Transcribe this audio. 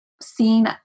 seeing